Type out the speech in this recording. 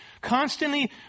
constantly